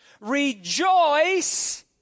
Rejoice